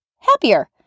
happier